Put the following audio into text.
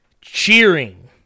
cheering